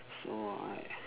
so I